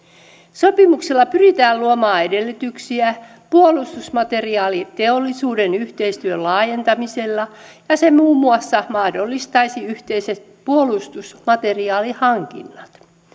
sopimuksella pyritään luomaan edellytyksiä puolustusmateriaaliteollisuuden yhteistyön laajentamiselle ja se muun muassa mahdollistaisi yhteiset puolustusmateriaalihankinnat